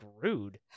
rude